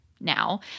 now